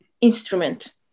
instrument